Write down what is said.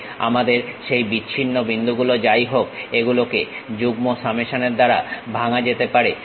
আমাদের সেই বিচ্ছিন্ন বিন্দুগুলো যাইহোক এগুলোকে যুগ্ম সামেশনের দ্বারা ভাঙ্গা যেতে পারে